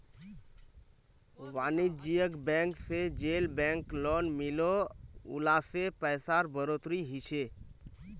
वानिज्ज्यिक बैंक से जेल बैंक लोन मिलोह उला से पैसार बढ़ोतरी होछे